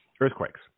Earthquakes